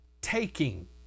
taking